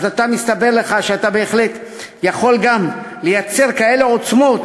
אז מסתבר לך שאתה בהחלט יכול גם לייצר כאלה עוצמות